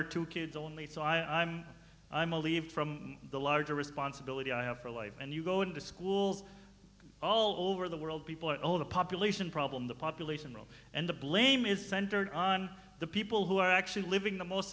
kids only so i'm i'm a leave from the larger responsibility i have for life and you go into schools all over the world people are overpopulation problem the population and the blame is centered on the people who are actually living the most